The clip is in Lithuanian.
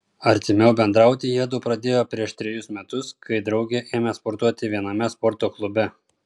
artimiau bendrauti jiedu pradėjo prieš trejus metus kai drauge ėmė sportuoti viename sporto klube